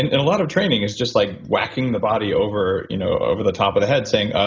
and a lot of training is just like wacking the body over you know over the top of the head saying